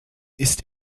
ist